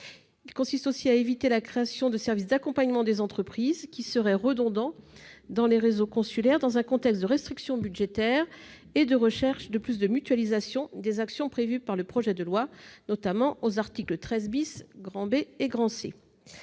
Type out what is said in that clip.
Il tend aussi à éviter la création de services d'accompagnement des entreprises qui seraient redondants dans les réseaux consulaires, dans un contexte de restrictions budgétaires et de recherche de plus de mutualisations des actions prévues par le projet de loi, notamment aux articles 13 B et 13 C.